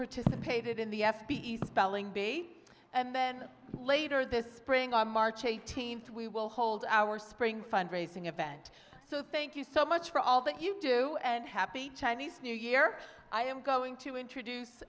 participated in the f b i spelling bee and then later this spring on march eighteenth we will hold our spring fundraising event so thank you so much for all that you do and happy chinese new year i am going to introduce